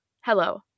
Hello